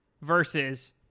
versus